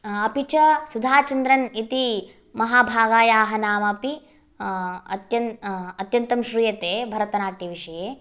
अपि च सुधाचन्द्रन् इति महाभागायाः नाम अपि अत्यन्तं श्रूयते भरतनाट्यविषये